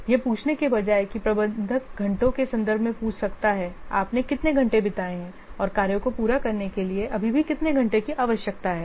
यह पूछने के बजाय कि प्रबंधक घंटों के संदर्भ में पूछ सकता हैआपने कितने घंटे बिताए हैं और कार्यों को पूरा करने के लिए अभी भी कितने घंटे की आवश्यकता है